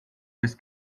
this